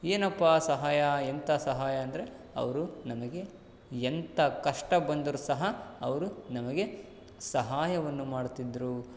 ಏನಪ್ಪ ಸಹಾಯ ಎಂಥ ಸಹಾಯ ಅಂದರೆ ಅವರು ನಮಗೆ ಎಂಥ ಕಷ್ಟ ಬಂದರೂ ಸಹ ಅವರು ನಮಗೆ ಸಹಾಯವನ್ನು ಮಾಡುತ್ತಿದ್ದರು